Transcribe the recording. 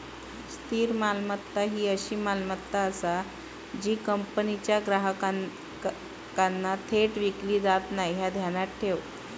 स्थिर मालमत्ता ही अशी मालमत्ता आसा जी कंपनीच्या ग्राहकांना थेट विकली जात नाय, ह्या ध्यानात ठेव